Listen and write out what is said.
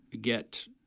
get